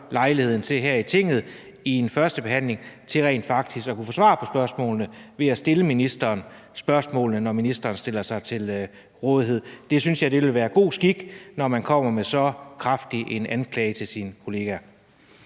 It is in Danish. lejligheden her i Tinget i en førstebehandling til rent faktisk at kunne få svar på spørgsmålene ved at stille ministeren spørgsmålene, når ministeren stiller sig til rådighed og kan besvare spørgsmål til førstebehandlingen på talerstolen, specielt